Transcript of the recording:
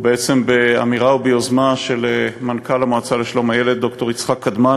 ובעצם באמירה וביוזמה של מנכ"ל המועצה לשלום הילד ד"ר יצחק קדמן